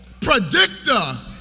predictor